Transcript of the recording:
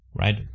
right